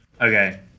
Okay